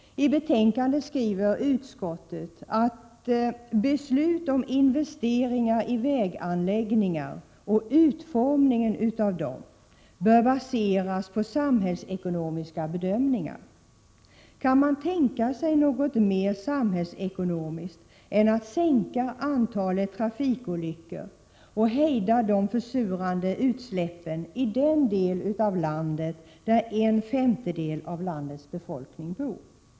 I betänkandet skriver utskottet att beslut om investeringar i väganläggningar och utformningen av dem bör baseras på samhällsekonomiska bedömningar. Kan man tänka sig något mer samhällsekonomiskt än att sänka antalet trafikolyckor och hejda de försurande utsläppen i den del av landet där en femtedel av landets befolkning bor?